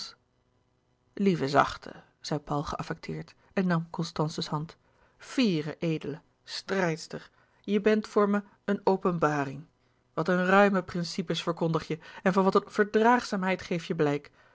lieve zachte zei paul geaffecteerd en nam constance's hand fiere edele strijdster je bent voor me een openbaring wat een ruime principes verkondig je en van wat een verdraagzaamheid geef je blijk